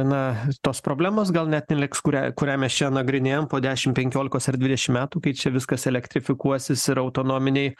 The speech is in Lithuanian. na tos problemos gal net neliks kurią kurią mes čia nagrinėjam po dešimt penkiolikos ar dvidešimt metų kai čia viskas elektrifikuosis ir autonominiai